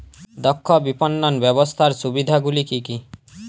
দক্ষ বিপণন ব্যবস্থার সুবিধাগুলি কি কি?